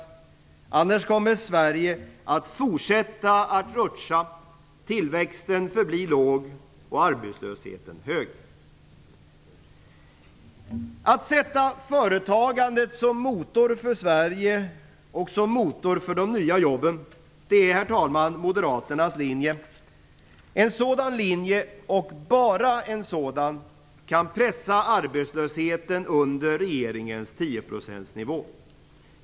I annat fall kommer Sverige att fortsätta att rutscha utför - tillväxten förblir låg och arbetslösheten hög. Att sätta företagandet som motor för Sverige och som motor för de nya jobben är, herr talman, moderaternas linje. En sådan linje och bara en sådan kan pressa arbetslösheten under regeringens 10 procentsnivå.